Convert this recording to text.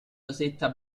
rosetta